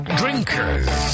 drinkers